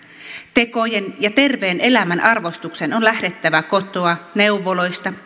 tekojen ja terveen elämän arvostuksen on lähdettävä kotoa neuvoloista